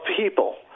people